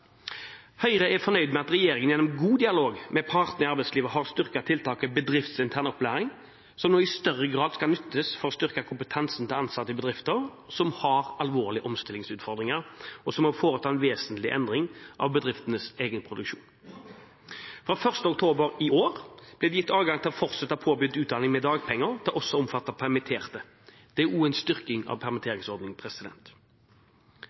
Høyre er fornøyd med at regjeringen gjennom god dialog med partene i arbeidslivet har styrket tiltaket «Bedriftsintern opplæring», som nå i større grad skal nyttes for å styrke kompetansen til ansatte i bedrifter som har alvorlige omstillingsutfordringer, og som må foreta en vesentlig endring av bedriftenes egen produksjon. Fra 1. oktober i år ble det gitt adgang til å fortsette påbegynt utdanning med dagpenger til også å omfatte permitterte. Det er også en styrking av permitteringsordningen.